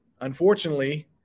unfortunately